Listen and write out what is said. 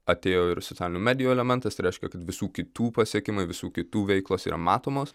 atėjo ir socialinių medijų elementas tai reiškia kad visų kitų pasiekimai visų kitų veiklos yra matomos